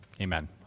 Amen